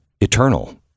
eternal